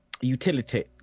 Utility